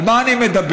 על מה אני מדבר?